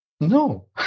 No